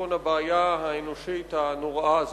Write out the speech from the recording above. ולפתרון הבעיה האנושית הנוראה הזאת.